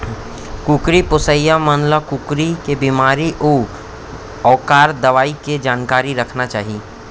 कुकरी पोसइया मन ल कुकरी के बेमारी अउ ओकर दवई के जानकारी रखना चाही